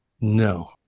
No